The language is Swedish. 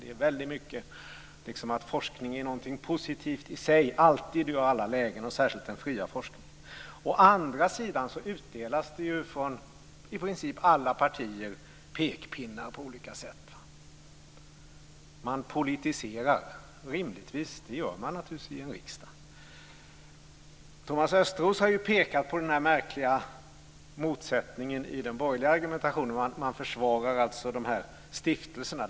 Det är som om forskning alltid och i alla lägen är något positivt i sig, och det gäller särskilt den fria forskningen. Å andra sidan utdelas det ifrån i princip alla partier pekpinnar på olika sätt. Man politiserar. Det gör man naturligtvis i en riksdag. Thomas Östros har pekat på den märkliga motsättningen i den borgerliga argumentationen. Man försvarar stiftelserna.